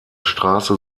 straße